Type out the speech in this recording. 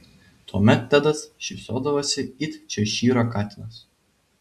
tuomet tedas šypsodavosi it češyro katinas